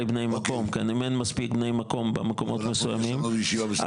אם הייתם עושים גם את השכירויות אז